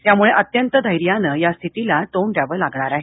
त्यामुळं अत्यंत धैर्याने यास्थितल्ला तोंड द्यावं लागणार आहे